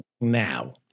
now